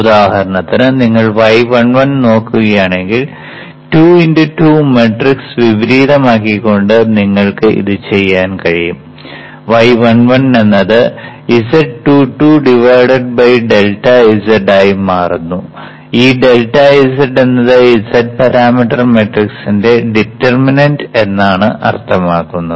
ഉദാഹരണത്തിന് നിങ്ങൾ y11 നോക്കുകയാണെങ്കിൽ 2 x 2 മാട്രിക്സ് വിപരീതമാക്കിക്കൊണ്ട് നിങ്ങൾക്ക് ഇത് ചെയ്യാൻ കഴിയും y11 എന്നത് z22 ∆z ആയി മാറുന്നു ഈ ∆z എന്നത് z പാരാമീറ്റർ മാട്രിക്സിന്റെ ഡിറ്റർമിനന്റ് എന്നാണ് അർത്ഥമാക്കുന്നത്